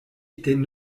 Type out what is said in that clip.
étaient